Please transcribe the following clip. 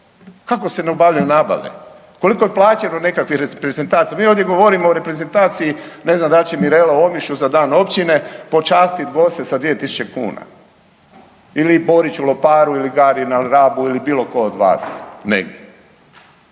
Kako se ne obavljaju nabave, koliko je plaćeno nekakvi reprezentacija, mi ovdje govorimo o reprezentaciji, ne znam da li će Mirela u Omišlju za dan općine počastiti goste sa 2 tisuće kuna ili Borić u Loparu ili Gari na Rabu ili bilo tko od vas?